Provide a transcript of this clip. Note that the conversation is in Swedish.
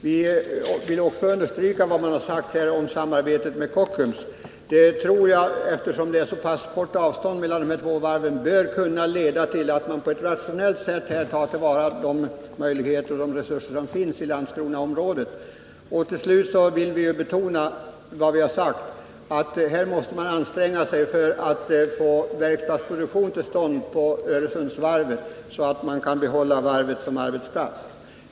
Vi vill också understryka vad som har sagts om samarbetet med Kockums. Eftersom det är så kort avstånd mellan de här båda varven tror jag det bör kunna leda till att man på ett rationellt sätt tar till vara de möjligheter och resurser som finns i Landskronaområdet. Till sist vill vi betona att man måste anstränga sig för att få till stånd verkstadsproduktion på Öresundsvarvet, så att man kan behålla varvet som arbetsplats.